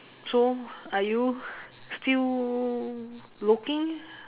so are you still looking